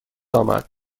آمد